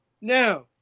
Now